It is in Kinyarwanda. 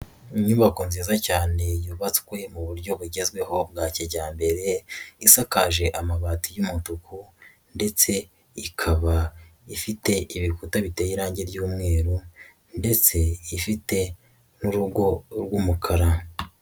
Inyubako nziza cyane yubatswe mu buryo bugezweho bwa kijyambere, isakaje amabati y'umutuku ndetse ikaba ifite ibikuta biteye irangi ry'umweru ndetse ifite n'urugo rw'umukara.